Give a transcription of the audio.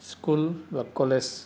school बा college